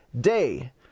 day